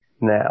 now